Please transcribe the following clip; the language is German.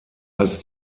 als